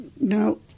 No